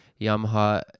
yamaha